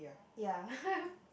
ya